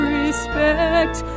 respect